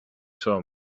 saw